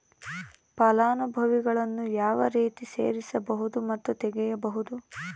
ಫಲಾನುಭವಿಗಳನ್ನು ಯಾವ ರೇತಿ ಸೇರಿಸಬಹುದು ಮತ್ತು ತೆಗೆಯಬಹುದು?